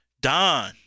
Don